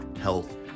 health